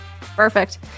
Perfect